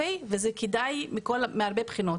וזה כדאי מהרבה בחינות.